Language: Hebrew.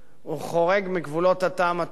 הוא חורג מגבולות הטעם הטוב,